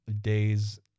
days